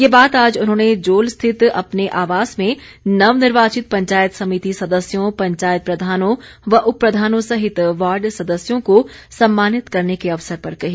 ये बात आज उन्होंने जोल स्थित अपने आवास में नवनिर्वाचित पंचायत समिति सदस्यों पंचायत प्रधानों व उप प्रधानों सहित वार्ड सदस्यों को सम्मानित करने के अवसर पर कही